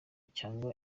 cyangwa